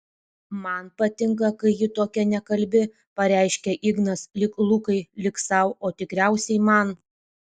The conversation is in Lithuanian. man patinka kai ji tokia nekalbi pareiškia ignas lyg lukai lyg sau o tikriausiai man